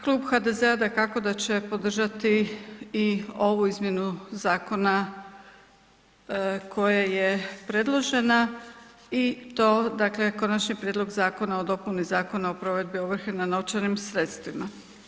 Klub HDZ-a dakako da će podržati i ovu izmjenu zakona koja je predložena i to dakle, Konačni prijedlog zakona o dopuni Zakona o provedbi ovrhe na novčanim sredstvima.